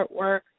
artwork